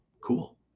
Cool